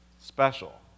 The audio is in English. special